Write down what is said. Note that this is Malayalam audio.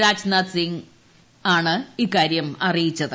രാജ്നാഥ് സിങ് ഇക്കാര്യം അറിയിച്ചത്